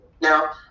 Now